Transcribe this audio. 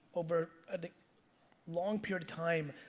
over a long period of time,